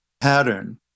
pattern